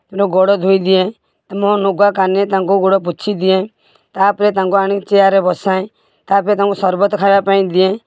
ମୁଁ ଗୋଡ଼ ଧୋଇଦିଏ ମୋ ଲୁଗା କାନିରେ ତାଙ୍କ ଗୋଡ଼ ପୋଛିଦିଏ ତାପରେ ତାଙ୍କୁ ଆଣି ଚେୟାର୍ରେ ବସାଏ ତାପରେ ତାଙ୍କୁ ସର୍ବତ ଖାଇବା ପାଇଁ ଦିଏଁ